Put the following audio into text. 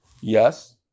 Yes